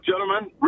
gentlemen